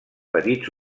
petits